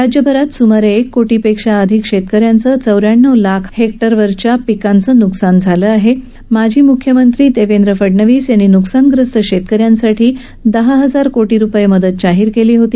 राज्यभरात सुमारे एक कोटींपेक्षा अधिक शेतकऱ्यांचं चौऱ्याण्णव लाखावर हेक्टरवरच्या पिकांचं न्कसान झालं आहे माजी म्ख्यमंत्री देवेंद्र फडणवीस यांनी न्कसानग्रस्त शेतकऱ्यांसाठी दहा हजार कोटी रुपये मदत जाहीर केली होती